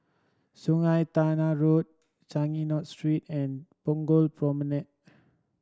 Sungei Tengah Road Changi North Street and Punggol Promenade